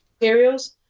materials